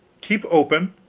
keep open?